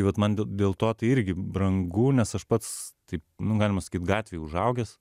tai vat man dė dėl to tai irgi brangu nes aš pats taip nu galima sakyt gatvėj užaugęs